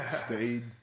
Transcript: stayed